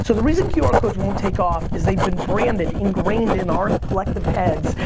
so the reason qr codes won't take off is they've been branded, ingrained in our collective heads,